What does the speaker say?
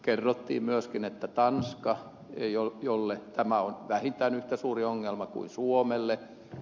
kerrottiin myöskin että tanskalle tämä on vähintään yhtä suuri ongelma kuin suomelle